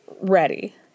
ready